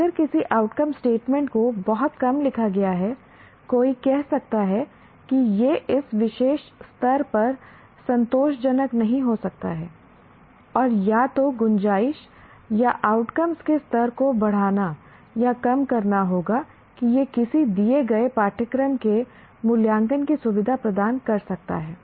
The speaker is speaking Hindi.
अगर किसी आउटकम स्टेटमेंट को बहुत कम लिखा गया है कोई कह सकता है कि यह इस विशेष स्तर पर संतोषजनक नहीं हो सकता है और या तो गुंजाइश या आउटकम्स के स्तर को बढ़ाना या कम करना होगा कि यह किसी दिए गए पाठ्यक्रम के मूल्यांकन की सुविधा प्रदान कर सकता है